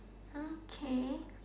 okay